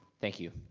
thank you,